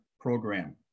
program